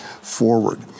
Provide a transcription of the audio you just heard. forward